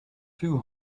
too